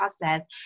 process